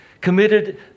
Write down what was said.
committed